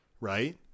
Right